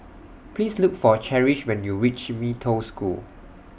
Please Look For Cherish when YOU REACH Mee Toh School